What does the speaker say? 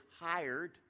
hired